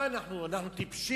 מה, אנחנו טיפשים?